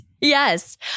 Yes